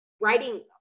writing